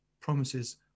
promises